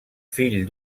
fill